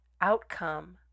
outcome